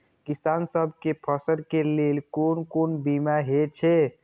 किसान सब के फसल के लेल कोन कोन बीमा हे छे?